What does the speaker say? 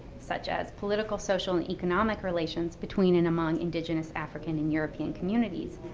such as political, social, and economic relations between and among indigenous, african, and european communities,